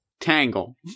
Tangle